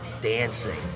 dancing